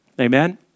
Amen